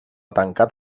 tancat